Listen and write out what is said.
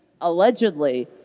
allegedly